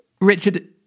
Richard